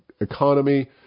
economy